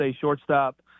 shortstop